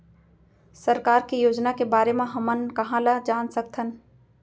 सरकार के योजना के बारे म हमन कहाँ ल जान सकथन?